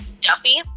Duffy